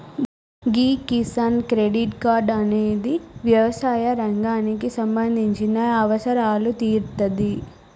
గీ Kisan credit card అనేది యవసాయ రంగానికి సంబంధించిన అవసరాలు తీరుత్తాది